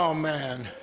um man.